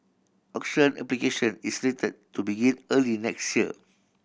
auction application is slated to begin early next year